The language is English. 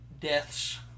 Deaths